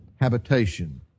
habitation